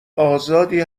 آزادی